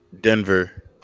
Denver